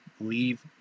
leave